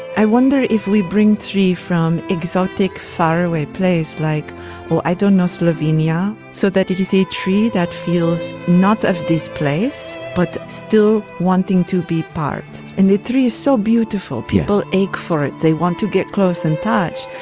i wonder if we bring three from exotic faraway place like oh, i don't know, slovenia so that it is a tree that feels not of this place, but still wanting to be part. and the tree is so beautiful. people ache for it. they want to get close and touch.